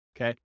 okay